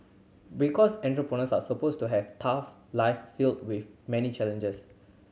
because entrepreneurs are supposed to have tough life filled with many challenges